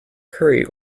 curry